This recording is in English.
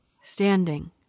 standing